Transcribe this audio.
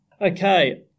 Okay